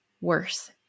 worse